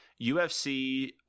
UFC